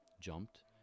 Jumped